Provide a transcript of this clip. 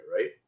Right